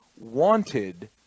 wanted